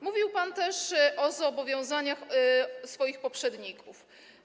Mówił pan też o zobowiązaniach swoich poprzedników.